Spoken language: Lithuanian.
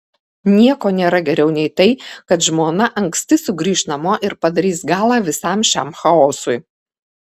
nieko nėra geriau nei tai kad žmona anksti sugrįš namo ir padarys galą visam šiam chaosui